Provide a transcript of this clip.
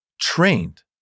trained